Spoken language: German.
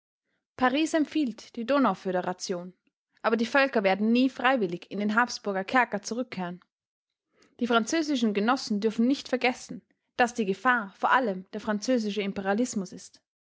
paris empfiehlt die donau-föderation aber die völker werden nie freiwillig in den habsburger kerker zurückkehren die französischen genossen dürfen nicht vergessen daß die gefahr vor allem der französische imperialismus ist